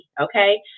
okay